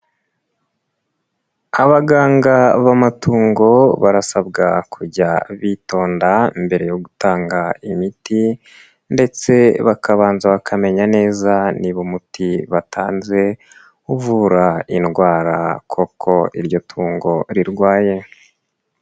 Abaganga b'amatungo barasabwa kujya bitonda mbere yo gutanga imiti ndetse bakabanza bakamenya neza niba umuti batanze uvura indwara koko iryo tungo rirwaye.